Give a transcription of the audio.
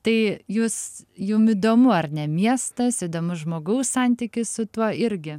tai jūs jum įdomu ar ne miestas įdomu žmogaus santykis su tuo irgi